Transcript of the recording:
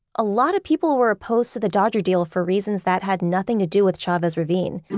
a lot of people were opposed to the dodger deal for reasons that had nothing to do with chavez ravine.